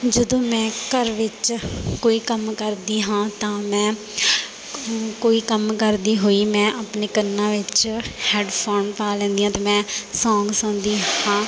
ਜਦੋਂ ਮੈਂ ਘਰ ਵਿੱਚ ਕੋਈ ਕੰਮ ਕਰਦੀ ਹਾਂ ਤਾਂ ਮੈਂ ਕ ਕੋਈ ਕੰਮ ਕਰਦੀ ਹੋਈ ਮੈਂ ਆਪਣੇ ਕੰਨਾਂ ਵਿੱਚ ਹੈੱਡਫੋਨ ਪਾ ਲੈਂਦੀ ਹਾਂ ਅਤੇ ਮੈਂ ਸੋਂਗ ਸੁਣਦੀ ਹਾਂ